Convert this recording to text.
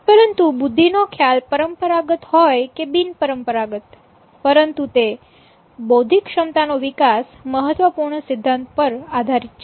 પરંતુ બુદ્ધિ નો ખ્યાલ પરંપરાગત હોય કે બિનપરંપરાગત પરંતુ તે બૌદ્ધિક ક્ષમતા નો વિકાસ મહત્વપૂર્ણ સિદ્ધાંત પર આધારિત છે